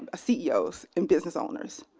ah ceos and business own ers.